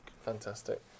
Fantastic